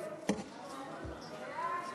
עפר שלח,